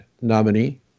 nominee